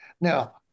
Now